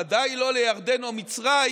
ודאי לא לירדן או מצרים.